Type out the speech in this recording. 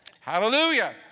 Hallelujah